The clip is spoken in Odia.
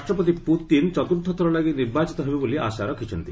ରାଷ୍ଟ୍ରପତି ପୁତିନ ଚତୁର୍ଥଥର ପାଇଁ ନିର୍ବାଚିତ ହେବେ ବୋଲି ଆଶା ରଖିଛନ୍ତି